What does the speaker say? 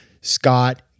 Scott